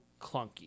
clunky